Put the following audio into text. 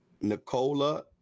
Nicola